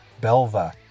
Belva